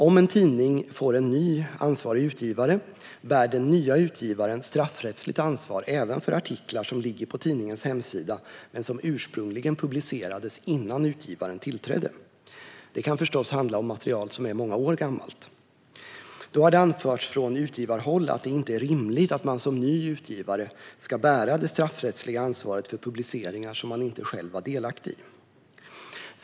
Om en tidning får en ny ansvarig utgivare bär den nya utgivaren straffrättsligt ansvar även för artiklar som ligger på tidningens hemsida men som ursprungligen publicerades innan utgivaren tillträdde. Det kan förstås handla om material som är många år gammalt. Då har det anförts från utgivarhåll att det inte är rimligt att man som ny utgivare ska bära det straffrättsliga ansvaret för publiceringar som man själv inte var delaktig i.